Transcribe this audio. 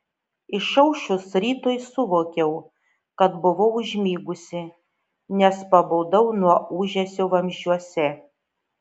išaušus rytui suvokiau kad buvau užmigusi nes pabudau nuo ūžesio vamzdžiuose